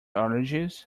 allergies